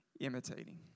imitating